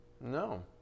No